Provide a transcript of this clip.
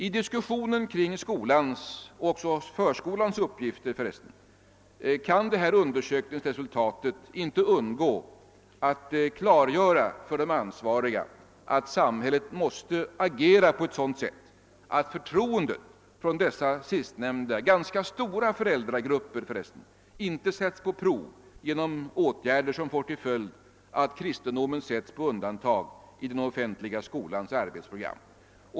I diskussionen kring skolans och också förskolans uppgifter kan detta undersökningsresultat inte undgå att klargöra för de ansvariga att samhället måste agera på ett sådant sätt att förtroendet från dessa sistnämnda, ganska stora föräldragrupper inte sätts på prov genom åtgärder som får till följd att kristendomen sätts på undantag i den offentliga skolans arbetsprogram.